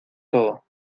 todo